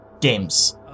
Games